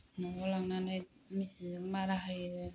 न'आव लांनानै मिचिनजों मारा होयो